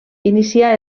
inicià